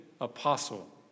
apostle